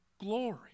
glory